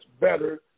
better